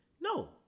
No